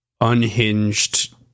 unhinged